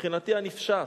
מבחינתי הנפשעת,